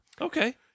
okay